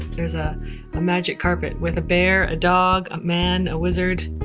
there's a a magic carpet with a bear, a dog, a man, a wizard,